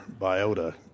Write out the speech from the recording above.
biota